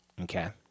Okay